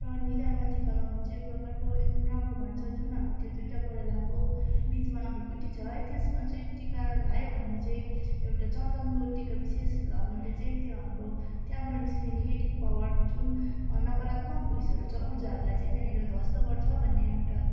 र निधारमा टिका लगाउनु चाहिँ एक प्रकारको एकदम राम्रो भन्छ जुन हाम्रो त्यो दुईवटा परेलाको बिचमा भृकुटी छ है त्यसमा चाहिँ टिका लगायो भने चाहिँ एउटा चन्दनको टिका विशेष लगाउनाले चाहिँ त्यो हाम्रो त्यहाँबाट निस्किने नेगेटिभ पावर जुन नकारात्मक उयसहरू छ ऊर्जाहरूलाई चाहिँ त्यहाँनिर ध्वस्त गर्छ भन्ने एउटा